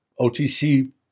OTC